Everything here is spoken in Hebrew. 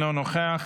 אינו נוכח,